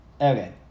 Okay